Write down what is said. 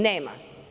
Nema.